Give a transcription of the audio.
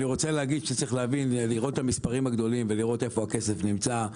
אני רוצה להגיד שצריך לראות את המספרים הגדולים ולראות איפה הכסף נמצא,